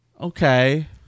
Okay